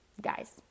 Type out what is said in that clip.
Guys